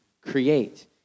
create